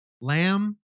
Lamb